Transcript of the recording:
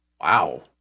Wow